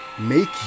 make